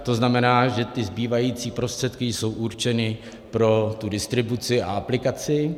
To znamená, že ty zbývající prostředky jsou určeny pro tu distribuci a aplikaci.